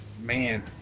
Man